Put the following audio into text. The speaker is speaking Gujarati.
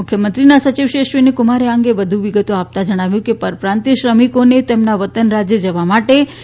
મુખ્યમંત્રીશ્રીના સચિવ શ્રી અશ્વિનીકુમારે આ અંગેની વધુ વિગતો આપતા જણાવ્યું કે પરપ્રાંતિય શ્રમિકો કામદારોને તેમના વતન રાજ્ય જવા માટે તા